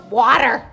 water